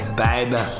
baby